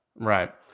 Right